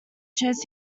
shares